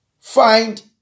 Find